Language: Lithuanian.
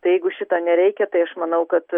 tai jeigu šito nereikia tai aš manau kad